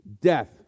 death